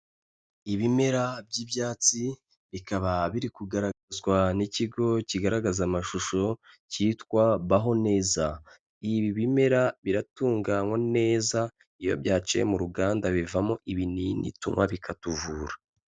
Ibimera by'ibyatsi, bikaba biri kugaragazwa n'ikigo kigaragaza amashusho cyitwa baho neza. Ibi bimera biratunganywa neza, iyo byaciye mu ruganda bivamo ibinini tunkwa bikatuvura.